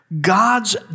God's